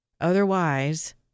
Otherwise